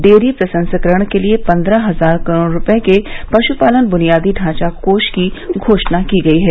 dairy प्रसंस्करण के लिए पन्द्रह हजार करोड़ रूपये के पशुपालन बुनियादी ढांचा कोष की घोषणा की गई है